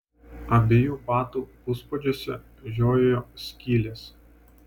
abiejų batų puspadžiuose žiojėjo skylės